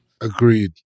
Agreed